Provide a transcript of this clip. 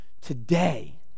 today